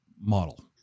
model